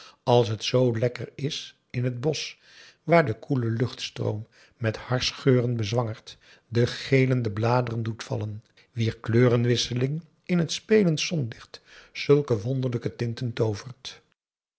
als het zoo lekker is in t bosch waar de koele luchtstroom met harsgeuren bezwangerd de gelende bladeren doet vallen wier kleurenwisseling in het spelend zonlicht zulke wonderlijke tinten toovert